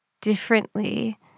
differently